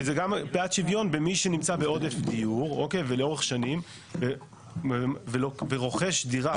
וזה גם בעד שוויון במי שנמצא בעודף דיור ולאורך שנים ורוכש דירה.